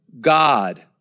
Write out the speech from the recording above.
God